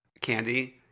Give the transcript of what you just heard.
Candy